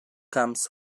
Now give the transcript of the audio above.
comes